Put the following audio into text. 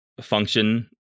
function